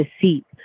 deceit